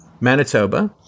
Manitoba